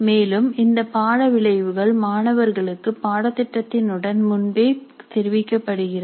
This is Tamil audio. மேலும் இந்த பாட விளைவுகள் மாணவர்களுக்கு பாடத்திட்டத்தின் உடன் முன்பே தெரிவிக்கப்படுகிறது